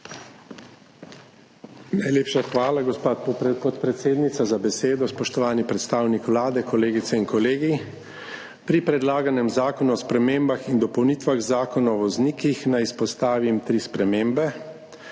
Najlepša hvala, gospa podpredsednica, za besedo. Spoštovani predstavnik Vlade, kolegice in kolegi! Pri predlaganem Zakonu o spremembah in dopolnitvah Zakona o voznikih naj izpostavim tri spremembe.